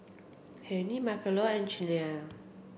Penni Marcelo and Cheyanne